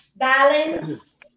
Balance